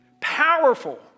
powerful